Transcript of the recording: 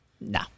No